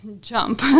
jump